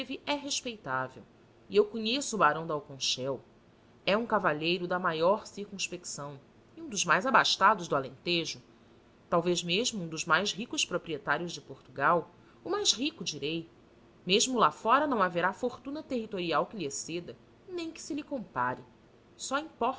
é respeitável e eu conheço o barão de alconchel é um cavalheiro da maior circunspecção e um dos mais abastados do alentejo talvez mesmo um dos mais ricos proprietários de portugal o mais rico direi mesmo lá fora não haverá fortuna territorial que lhe exceda nem que se lhe compare só